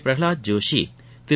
Pralhad Joshi Thiru